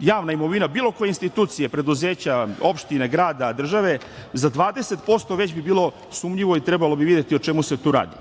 javna imovina bilo koje institucije, preduzeća, opštine, grada, države za 20% već bi bilo sumnjivo i trebalo bi videti o čemu se tu radi.